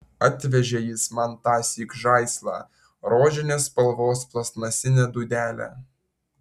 atvežė jis man tąsyk žaislą rožinės spalvos plastmasinę dūdelę